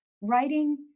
Writing